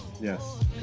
Yes